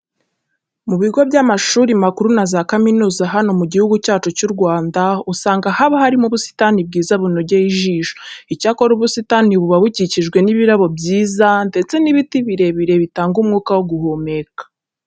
Mu bigo by'amashuri makuru na za kaminuza za hano mu Gihugu cyacu cy'u Rwanda, usanga haba harimo ubusitani bwiza bunogeye ijisho. Icyakora ubu busitani buba bukikijwe n'ibirabo byiza ndetse n'ibiti birebire bitanga umwuka wo guhumeka.